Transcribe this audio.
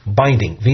binding